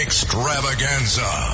Extravaganza